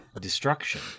destruction